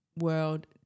world